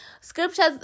Scriptures